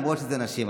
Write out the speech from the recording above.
למרות שזה נשים.